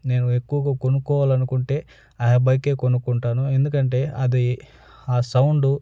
నేను ఎక్కువగా కొనుక్కోవాలనుకుంటే ఆ బైకే కొనుక్కుంటాను ఎందుకంటే అది ఆ సౌండు